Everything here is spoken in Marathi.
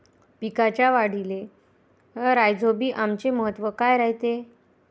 पिकाच्या वाढीले राईझोबीआमचे महत्व काय रायते?